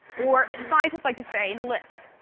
or as scientists like to say an ellipse.